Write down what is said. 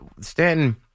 Stanton